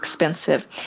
expensive